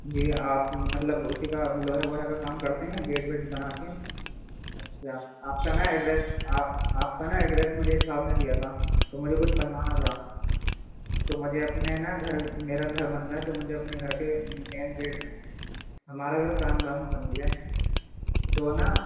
جی آپ مطلب اسی کا لوہے ووہے کا کام کرتے ہیں گیٹ ویٹ بناتے ہیں اچھا آپ کا نا ایڈریس آپ آپ کا نا ایڈریس مجھے ایک صاحب نے دیا تھا تو مجھے کچھ بنوانا تھا تو مجھے اپنے نا گھر میرا گھر بن رہا ہے تو مجھے اپنے گھر کے مین گیٹ ہمارا گھر فرہان باغ میں بن گیا ہے تو نا